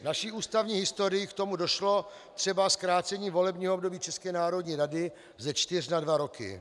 V naší ústavní historii k tomu došlo, třeba zkrácení volebního období České národní rady ze čtyř na dva roky.